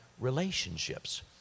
relationships